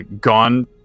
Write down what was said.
gone